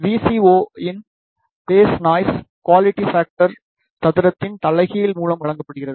VCO இன் phase noise quality factor சதுரத்தின் தலைகீழ் மூலம் வழங்கப்படுகிறது